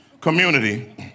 community